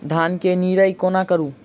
धान केँ निराई कोना करु?